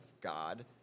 God